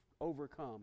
overcome